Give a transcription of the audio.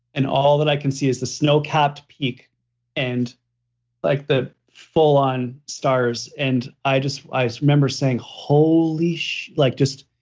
and all that i can see is the snowcapped peak and like the full on stars. and i just i just remember saying, holy shit, like just.